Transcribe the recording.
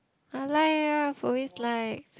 I like eh I've always liked